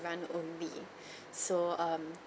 only so um